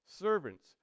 Servants